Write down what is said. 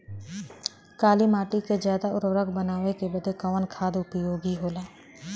काली माटी के ज्यादा उर्वरक बनावे के बदे कवन खाद उपयोगी होला?